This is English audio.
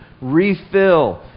refill